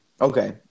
Okay